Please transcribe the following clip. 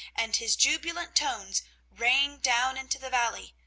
and his jubilant tones rang down into the valley,